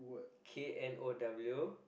K N O W